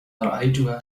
رأيتها